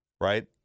right